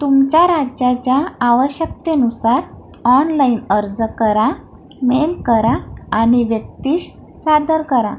तुमच्या राज्याच्या आवश्यकतेनुसार ऑनलाईन अर्ज करा मेल करा आणि व्यक्तिश सादर करा